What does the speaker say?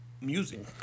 Music